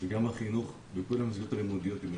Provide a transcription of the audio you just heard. וגם בחינוך בכל המסגרות הלימודיות.